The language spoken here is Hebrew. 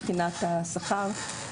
מבחינת השכר,